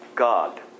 God